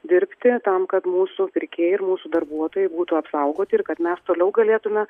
dirbti tam kad mūsų pirkėjai ir mūsų darbuotojai būtų apsaugoti ir kad mes toliau galėtume